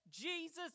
Jesus